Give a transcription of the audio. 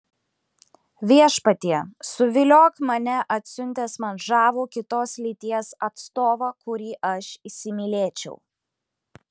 viešpatie suviliok mane atsiuntęs man žavų kitos lyties atstovą kurį aš įsimylėčiau